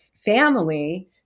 family